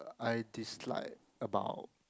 I dislike about